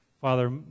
Father